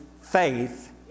faith